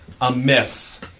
amiss